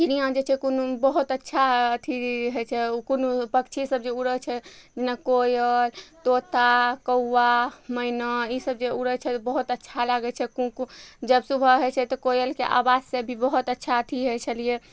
चिड़ियाँ जे छै कोनो बहुत अच्छा अथी होइ छै कोनो पक्षी सब जे उड़य छै जेना कोयल तोता कौआ मैना ई सब जे उड़य छै बहुत अच्छा लागय छै कुकु जब सुबह होइ छै तऽ कोयलके आवाजसँ भी बहुत अच्छा अथी होइ छलियै